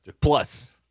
Plus